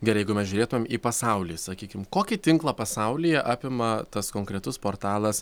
gerai jeigu mes žiūrėtumėm į pasaulį sakykim kokį tinklą pasaulyje apima tas konkretus portalas